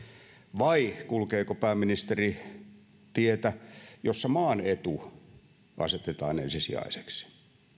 vai kulkeeko pääministeri tietä jossa maan etu asetetaan ensisijaiseksi